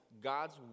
God's